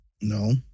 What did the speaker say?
no